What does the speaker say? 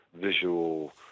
visual